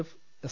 F S